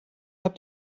habt